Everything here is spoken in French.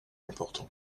important